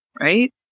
right